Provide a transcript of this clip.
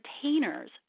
containers